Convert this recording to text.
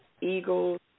Eagles